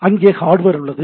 அங்கே ஹார்டுவேர் உள்ளது